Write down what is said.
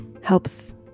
helps